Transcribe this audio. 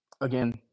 again